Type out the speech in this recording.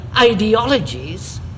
ideologies